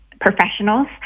professionals